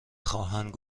خواهند